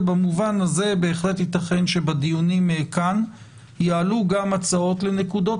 ובהחלט ייתכן שבדיונים כאן יעלו הצעות לנקודות